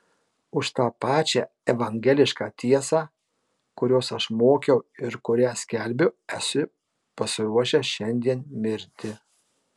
už tą pačią evangelišką tiesą kurios aš mokiau ir kurią skelbiu esu pasiruošęs šiandien mirti